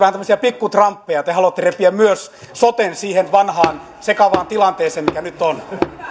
vähän tämmöisiä pikkutrumpeja että te haluatte repiä myös soten siihen vanhaan sekavaan tilanteeseen mikä nyt on